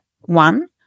one